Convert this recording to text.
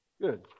Good